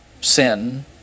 sin